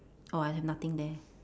orh I have nothing there